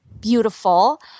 Beautiful